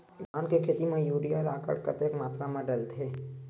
धान के खेती म यूरिया राखर कतेक मात्रा म डलथे?